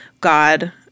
God